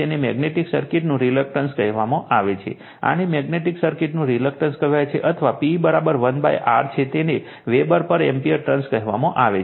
તેને મેગ્નેટિક સર્કિટનું રિલક્ટન્સ કહેવાય છે આને મેગ્નેટિક સર્કિટનું રિલક્ટન્સ કહેવાય છે અથવા P 1 R છે તેને વેબર પર એમ્પીયર ટર્ન્સ કહેવામાં આવે છે